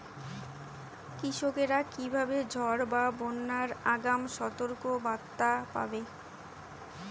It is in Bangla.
কৃষকেরা কীভাবে ঝড় বা বন্যার আগাম সতর্ক বার্তা পাবে?